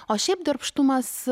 o šiaip darbštumas